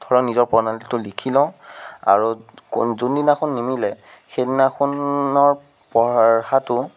ধৰক নিজৰ প্ৰণালীটো লিখি লওঁ আৰু কোন যোনদিনাখন নিমিলে সেইদিনাখনৰ পঢ়াটো